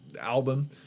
album